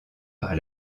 par